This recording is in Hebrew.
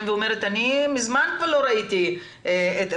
אמרה לי: אני מזמן כבר לא ראיתי את הרחוב.